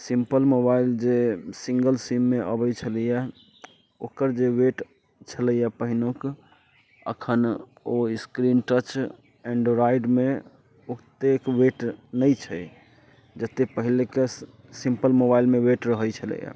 simple mobile जे single सीममे अबैत छलैया ओकर जे वेट छलैया पहिलुक अखन ओ स्क्रीन टच एंड्रोइडमे ओतेक वेट नहि छै जतेक पहिलका सिम्पल मोबाइलमे वेट रहैत छलैया